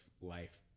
life